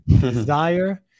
desire